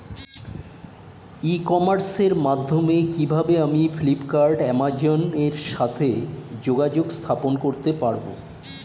ই কমার্সের মাধ্যমে কিভাবে আমি ফ্লিপকার্ট অ্যামাজন এর সাথে যোগাযোগ স্থাপন করতে পারব?